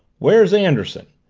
where's anderson?